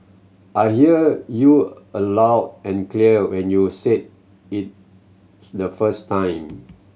I hear you aloud and clear when you said it the first time